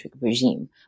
regime